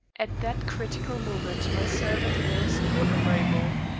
at that critical moment my servant announced your arrival.